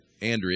Andrea